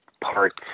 parts